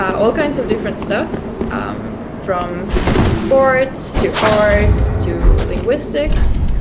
all kinds of different stuff from sports, to art, to linguistics,